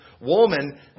woman